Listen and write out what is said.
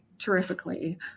terrifically